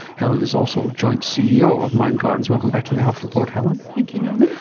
helen is also joint ceo of mindgardens. welcome back to the health report, helen. thank you norman.